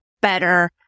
better